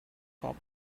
hop